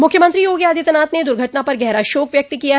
मुख्यमंत्री योगी आदित्यनाथ ने दुर्घटना पर गहरा शोक व्यक्त किया है